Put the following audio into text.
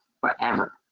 forever